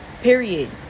Period